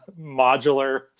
modular